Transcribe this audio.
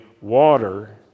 water